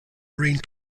marine